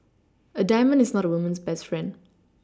a diamond is not a woman's best friend